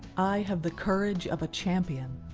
i have the courage of a champion.